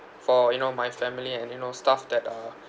for you know my family and you know stuff that are